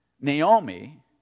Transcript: Naomi